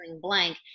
blank